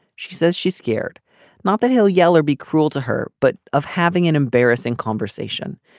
she says she's scared not that he'll yell or be cruel to her but of having an embarrassing conversation.